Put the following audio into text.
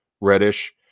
Reddish